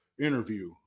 interview